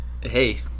Hey